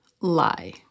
lie